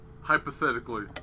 Hypothetically